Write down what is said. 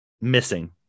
missing